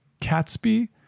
Catsby